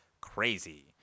crazy